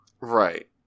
right